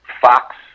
Fox